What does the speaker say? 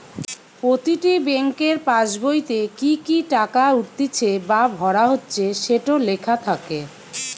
প্রতিটি বেংকের পাসবোইতে কি কি টাকা উঠতিছে বা ভরা হচ্ছে সেটো লেখা থাকে